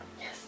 Yes